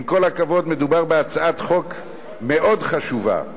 עם כל הכבוד, מדובר בהצעת חוק מאוד חשובה,